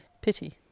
pity